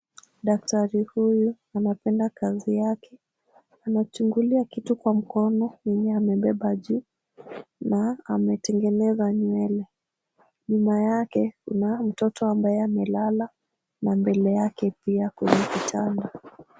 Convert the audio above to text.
Daktari huyu anapenda kazi yake. Anachungulia kitu kwa mkono yenye amebeba juu na ametengeneza nywele. Nyuma yake kuna mtoto ambaye amelala na mbele yake pia kuna kitanda.